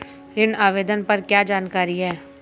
ऋण आवेदन पर क्या जानकारी है?